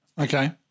Okay